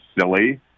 silly